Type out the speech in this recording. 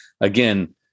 again